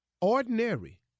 ordinary